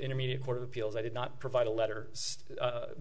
intermediate court of appeals i did not provide a letter